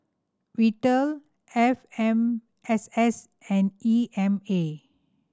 Vital F M S S and E M A